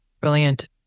Brilliant